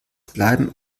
bleiben